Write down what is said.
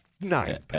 Nine